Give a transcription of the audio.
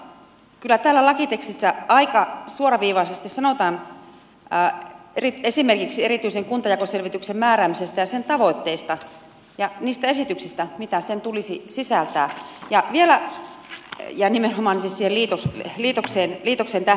mutta kyllä täällä lakitekstissä aika suoraviivaisesti sanotaan esimerkiksi erityisen kuntajakoselvityksen määräämisestä ja sen tavoitteista ja niistä esityksistä mitä sen tulisi sisältää nimenomaan siis siihen liitokseen tähtäävistä esityksistä